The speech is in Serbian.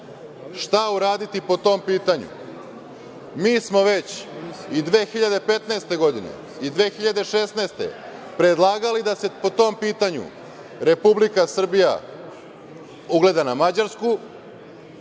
šta uraditi po tom pitanju. Mi smo već i 2015. i 2016. godine predlagali da se po tom pitanju Republike Srbija ugleda na Mađarsku